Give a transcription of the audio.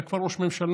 אתה כבר ראש ממשלה,